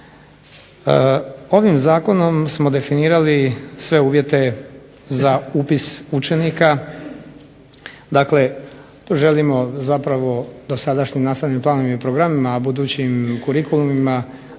Ovim zakonom smo definirali sve uvjete za upis učenika, dakle želimo zapravo dosadašnjim nastavnim planom i programima, a budućim kurikulumima